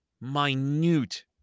minute